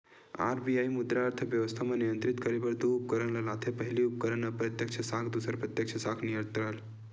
RBI मुद्रा अर्थबेवस्था म नियंत्रित करे बर दू उपकरन ल लाथे पहिली उपकरन अप्रत्यक्छ साख दूसर प्रत्यक्छ साख नियंत्रन